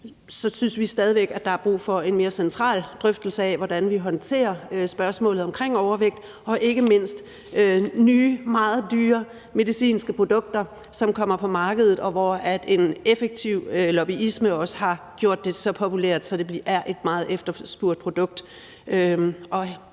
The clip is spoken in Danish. alt synes vi stadig væk, at der er brug for en mere central drøftelse af, hvordan vi håndterer spørgsmålet omkring overvægt, og ikke mindst nye og meget dyre medicinske produkter, som kommer på markedet, hvor en effektiv lobbyisme også har gjort det så populært, at det er et meget efterspurgt produkt.